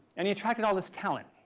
and he attracted all this talent.